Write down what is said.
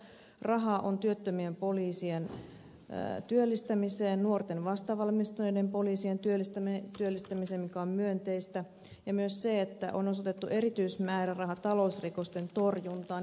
rahaa on lisätty työttömien poliisien työllistämiseen nuorten vastavalmistuneiden poliisien työllistämiseen mikä on myönteistä samoin se että on osoitettu miljoonan euron erityismääräraha talousrikosten torjuntaan